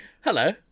Hello